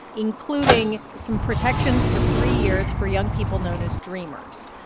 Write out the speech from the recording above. including some protections for three years for young people known as dreamers.